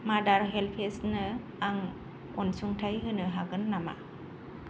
मादार हेल्पेजनो आं अनसुंथाइ होनो हागोन नामा